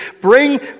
Bring